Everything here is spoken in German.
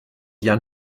jan